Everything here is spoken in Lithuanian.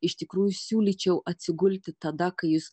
iš tikrųjų siūlyčiau atsigulti tada kai jūs